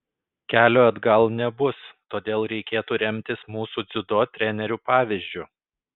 kelio atgal nebus todėl reikėtų remtis mūsų dziudo trenerių pavyzdžiu